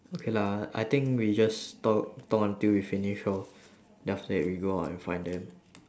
okay lah I think we just talk talk until we finish lor then after that we go out and find them